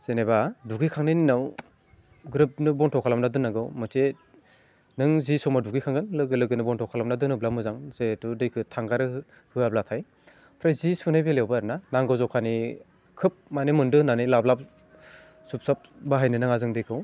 जेनेबा दुगैखांनायनि उनाव ग्रोबनो बन्द' खालामना दोननांगौ मोनसे नों जि समाव दुगैखांगोन लोगो लोगोनो बन्द' खालामना दोनोब्ला मोजां जे दैखौ थांगार होयाब्लाथाय ओमफ्राय जि सुनायनि बेलायावबो आरो ना नांगौ जखानि खोब माने मोन्दो होननानै लाब लाब साब साब बाहायनो नाङा जों दैखौ